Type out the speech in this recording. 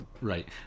Right